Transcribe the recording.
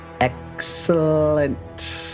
Excellent